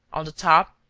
on the top,